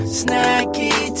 snacky